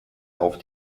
auf